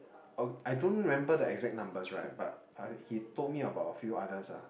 uh I don't remember the exact numbers right but uh he told me about a few others lah